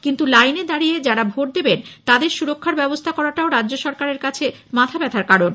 কিন্তু লাইনে দাঁড়িয়ে যাঁরা ভোট দেবেন তাদের সুরক্ষার ব্যবস্থা করাটাও রাজ্য সরকারের কাছে মাথা ব্যথার কারণ